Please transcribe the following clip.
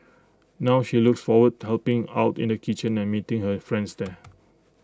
now she looks forward helping out in the kitchen and meeting her friends there